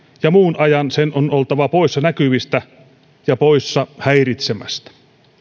ja muun ajan sen on oltava poissa näkyvistä ja poissa häiritsemästä